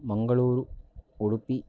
Mangaluru Udupi